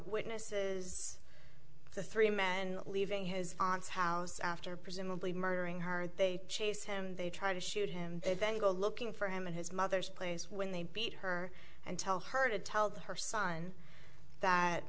witnesses the three men leaving his aunt's house after presumably murdering her they chased him they tried to shoot him and then go looking for him in his mother's place when they beat her and tell her to tell her son that